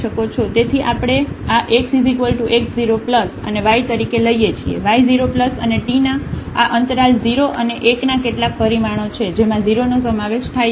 તેથી આપણે આ x x 0 અને y તરીકે લઈએ છીએ y 0 અને t આ અંતરાલ 0 અને 1 ના કેટલાક પરિમાણો છે જેમાં 0 નો સમાવેશ થાય છે